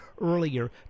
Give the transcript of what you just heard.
earlier